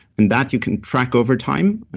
and that you can track over time,